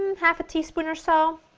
half a teaspoon or so,